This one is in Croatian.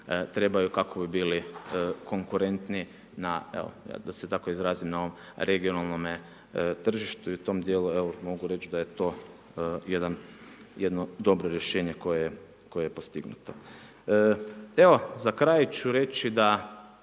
trebaju kako bi bili konkurentni na, evo da se tako izrazim na ovom regionalnome tržištu. I u tom dijelu mogu reći da je to jedno dobro rješenje koje je postignuto. Evo za kraj ću reći da,